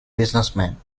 businessman